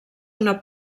una